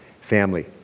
family